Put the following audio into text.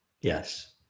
yes